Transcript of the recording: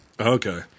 Okay